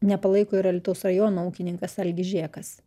nepalaiko ir alytaus rajono ūkininkas algis žėkas